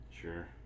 sure